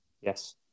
Yes